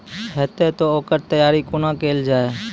हेतै तअ ओकर तैयारी कुना केल जाय?